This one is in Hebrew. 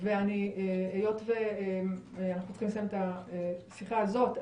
היות ואנחנו צריכים לסיים את השיחה הזאת,